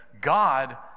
God